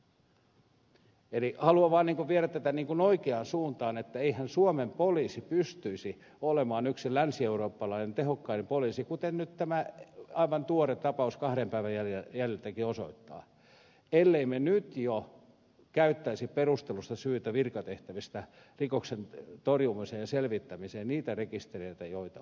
eli haluan vaan niin kuin viedä tätä oikeaan suuntaan että eihän suomen poliisi pystyisi olemaan yksi länsi euroopan tehokkain poliisi kuten nyt tämä aivan tuore tapaus kahden päivän jäljiltäkin osoittaa ellemme nyt jo käyttäisi perustellusta syystä virkatehtävissä rikoksen torjumiseen ja selvittämiseen niitä rekistereitä joita on olemassa